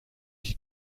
qui